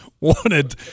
wanted